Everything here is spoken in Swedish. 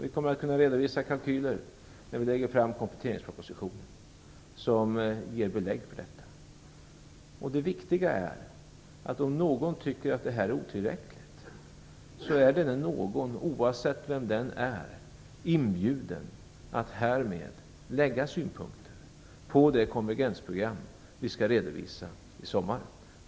Vi kommer att kunna redovisa kalkyler när vi lägger fram kompletteringspropositionen som ger belägg för detta. Om någon tycker att det här är otillräckligt är denne någon, oavsett vem det är, härmed inbjuden att komma med synpunkter på det konvergensprogram som vi skall redovisa i sommar.